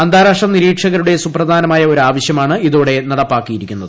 അന്താരാഷ്ട്ര നിരീക്ഷകരുടെ സുപ്രധാനമായ ഒരു ആവശ്യമാണ് ഇതോടെ നടപ്പാക്കിയിരിക്കുന്നത്